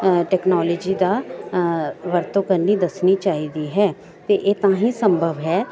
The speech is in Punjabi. ਟੈਕਨੋਲੋਜੀ ਦਾ ਵਰਤੋਂ ਕਰਨੀ ਦੱਸਣੀ ਚਾਹੀਦੀ ਹੈ ਅਤੇ ਇਹ ਤਾਂ ਹੀ ਸੰਭਵ ਹੈ